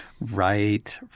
right